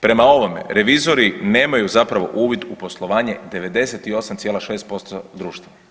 Prema ovome, revizori nemaju zapravo uvid u poslovanje 98,6% društva.